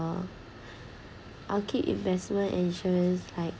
uh I'll keep investment and insurance like